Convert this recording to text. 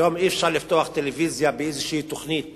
היום אי-אפשר לפתוח טלוויזיה בלי איזושהי תוכנית